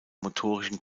motorischen